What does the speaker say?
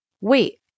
wait